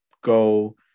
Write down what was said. go